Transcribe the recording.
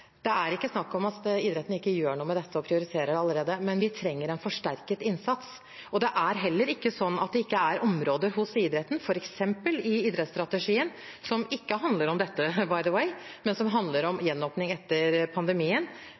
Det er ikke snakk om at idretten ikke gjør noe med dette, og den prioriterer det allerede, men vi trenger en forsterket innsats. Det er heller ikke slik at det ikke er områder hos idretten, f.eks. i idrettsstrategien, som ikke handler om dette, forresten, men som handler om gjenåpning etter pandemien,